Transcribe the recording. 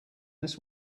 this